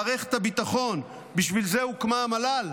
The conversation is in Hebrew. מערכת הביטחון, בשביל זה הוקמה המל"ל?